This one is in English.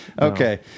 Okay